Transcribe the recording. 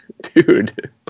dude